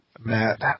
Matt